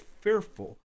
fearful